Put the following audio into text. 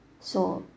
so